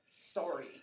story